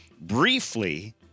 briefly